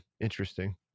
interesting